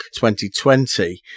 2020